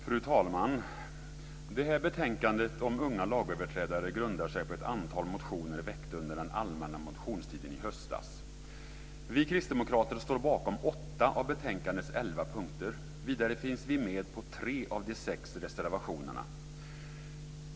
Fru talman! Det här betänkandet om unga lagöverträdare grundar sig på ett antal motioner väckta under den allmänna motionstiden i höstas. Vi kristdemokrater står bakom åtta av betänkandets elva punkter. Vidare finns vi med på tre av de sex reservationerna.